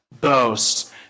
boast